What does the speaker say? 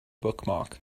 bookmark